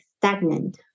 stagnant